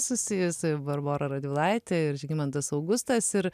susijusi barbora radvilaitė ir žygimantas augustas ir